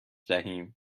دهیم